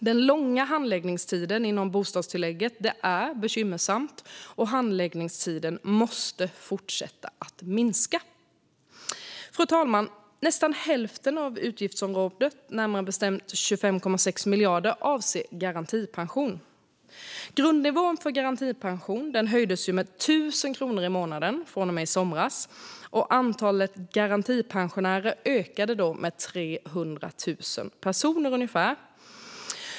Den långa handläggningstiden inom bostadstillägget är bekymmersam, och handläggningstiden måste fortsätta att minska. Fru talman! Nästan hälften av utgiften inom området, närmare bestämt 25,6 miljarder, avser garantipensionen. Grundnivån för garantipensionen höjdes med 1 000 kronor i månaden från och med i somras, och antalet garantipensionärer ökade med cirka 300 000 personer.